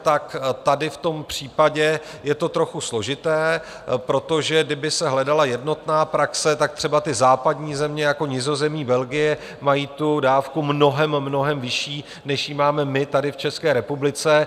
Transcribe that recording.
Tak tady v tom případě je to trochu složité, protože kdyby se hledala jednotná praxe, tak třeba ty západní země jako Nizozemí, Belgie mají tu dávku mnohem, mnohem vyšší, než ji máme my tady v České republice.